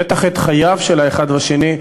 בטח את חייו של האחד והשני,